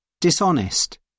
Dishonest